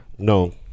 No